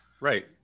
Right